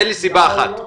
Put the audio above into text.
תן לי סיבה אחת.